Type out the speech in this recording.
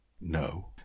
No